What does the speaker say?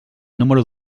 número